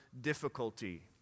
difficulty